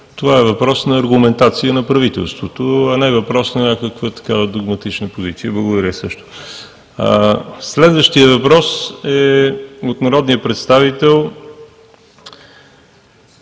това е въпрос на аргументация и на правителството, а не въпрос на някаква догматична позиция. Благодаря също. Следващият въпрос е от народните представители